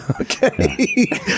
Okay